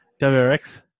WRX